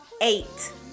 eight